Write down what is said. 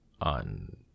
on